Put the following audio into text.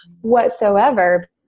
whatsoever